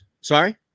Sorry